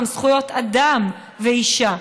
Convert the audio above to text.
גם זכויות אדם ואישה,